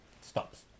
Stops